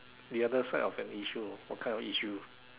the other side of an issue what kind of issue